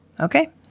Okay